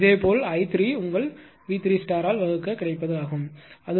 இதேபோல் i3 உங்கள் V3 ஆல் வகுக்க கிடைப்பது அது உங்களுக்கு 0